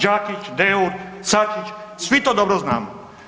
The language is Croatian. Đakić, Deur, Sačić svi to dobro znamo.